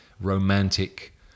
romantic